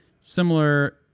Similar